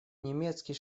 немецкий